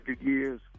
years